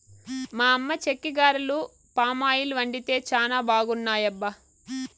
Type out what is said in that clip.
మా అమ్మ చెక్కిగారెలు పామాయిల్ వండితే చానా బాగున్నాయబ్బా